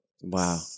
wow